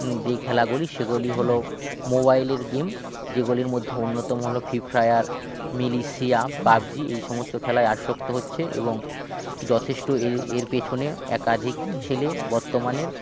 যেই খেলাগুলি সেগুলি হলো মোবাইলের গেম যেগুলির মধ্যে অন্যতম হলো ফ্রি ফ্রায়ার মিলিশিয়া পাবজি এই সমস্ত খেলায় আসক্ত হচ্ছে এবং যথেষ্ট এই এর পেছনে একাধিক ছেলে বর্তমানের